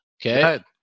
Okay